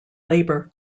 labour